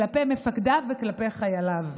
כלפי מפקדיו וכלפי חייליו.